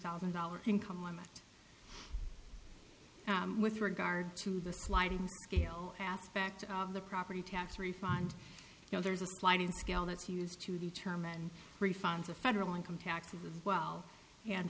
thousand dollars income limit with regard to the sliding scale aspect of the property tax refund you know there's a sliding scale that's used to determine refunds of federal income taxes as well and